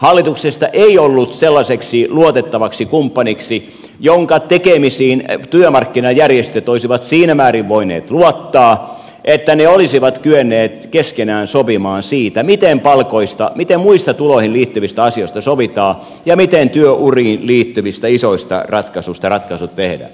hallituksesta ei ollut sellaiseksi luotettavaksi kumppaniksi jonka tekemisiin työmarkkinajärjestöt olisivat siinä määrin voineet luottaa että ne olisivat kyenneet keskenään sopimaan siitä miten palkoista miten muista tuloihin liittyvistä asioista sovitaan ja miten työuriin liittyvistä isoista ratkaisuista ratkaisut tehdään